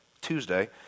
Tuesday